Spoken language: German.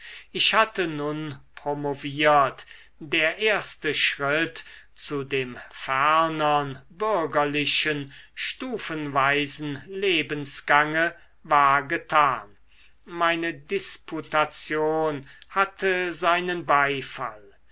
ich hatte nun promoviert der erste schritt zu dem fernern bürgerlichen stufenweisen lebensgange war getan meine disputation hatte seinen beifall